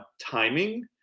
timing